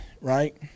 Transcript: right